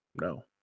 no